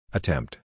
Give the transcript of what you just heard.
Attempt